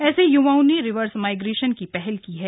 ऐसे युवाओं ने रिवर्स माइग्रेशन की पहल की है